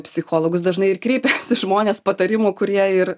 psichologus dažnai ir kreipiasi žmonės patarimų kurie ir